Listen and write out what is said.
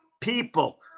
People